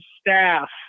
staff